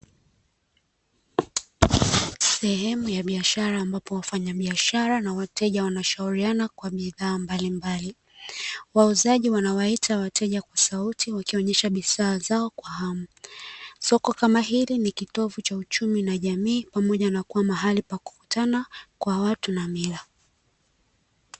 Sehemu ya biashara ambapo wafanyabiashara na wateja wanashauriana kwa bidhaa mbalimbali, wauzaji wanawaita wateja kwa sauti wakionyesha bidhaa zao kwa hamu. Soko kama hili ni kitovu cha uchumi na jamii pamoja na kuwa mahali pakukutana kwa watu na mila.